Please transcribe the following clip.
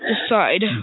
decide